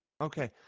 Okay